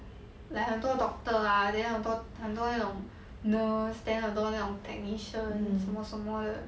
like 很多 doctor lah then 很多很多那种 nurse then 很多那种 technician 什么什么的